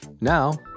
Now